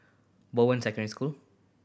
Bowen Secondary School